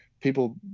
people